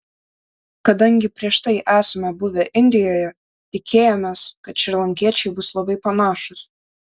kadangi prieš tai esame buvę indijoje tikėjomės kad šrilankiečiai bus labai panašūs